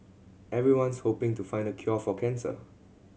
everyone's hoping to find the cure for cancer